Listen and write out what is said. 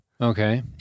Okay